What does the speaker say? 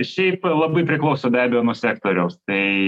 šiaip labai priklauso be abejo nuo sektoriaus tai